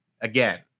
again